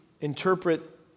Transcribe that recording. interpret